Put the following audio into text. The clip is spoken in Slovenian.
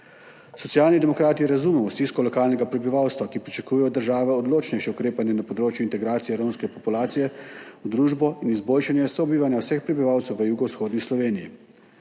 Socialni demokrati razumemo stisko lokalnega prebivalstva, ki pričakuje od države odločnejše ukrepanje na področju integracije romske populacije v družbo in izboljšanje sobivanja vseh prebivalcev v jugovzhodni Sloveniji,